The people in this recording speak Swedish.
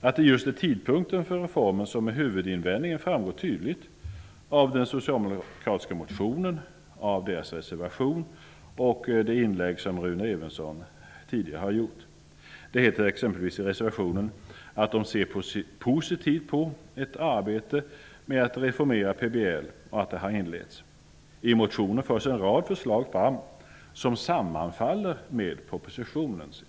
Att det just är tidpunkten för reformen som är huvudinvändningen framgår tydligt av den socialdemokratiska motionen och reservation och av det inlägg som Rune Evensson tidigare har gjort. Det heter exempelvis i reservationen att Socialdemokraterna ser positivt på att ett arbete med att reformera PBL har inletts. I motionen förs en rad förslag fram som sammanfaller med propositionens.